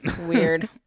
Weird